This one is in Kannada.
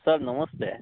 ಸರ್ ನಮಸ್ತೆ